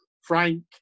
Frank